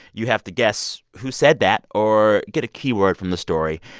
you have to guess who said that or get a keyword from the story.